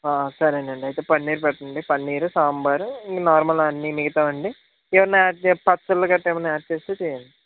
సరే అండి అయితే పన్నీర్ పెట్టండి పన్నీరు సాంబారు ఇంక నార్మల్ అన్నీ మిగతావి అండి ఏమన్న యాడ్ చే పచ్చళ్ళు గట్ట ఏమన్న యాడ్ చేస్తే చేయండి